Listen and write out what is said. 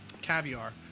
caviar